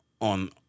On